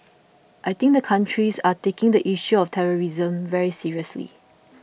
I think the countries are taking the issue of terrorism very seriously